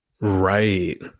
right